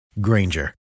Granger